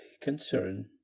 concern